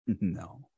No